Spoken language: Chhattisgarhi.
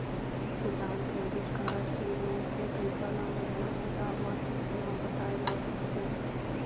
किसान क्रेडिट कारड के लोन के पइसा ल महिना हिसाब म किस्त म पटाए ल परथे